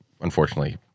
unfortunately